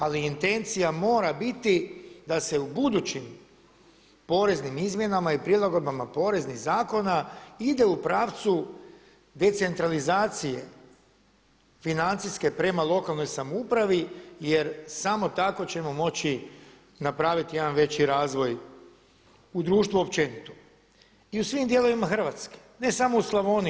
Ali intencija mora biti da se u budućim poreznim izmjenama i prilagodbama poreznih zakona ide u pravcu decentralizacije financijske prema lokalnoj samoupravi jer samo tako ćemo moći napraviti jedan opći razvoj u društvu općenito i u svim dijelovima Hrvatske ne samo u Slavoniji.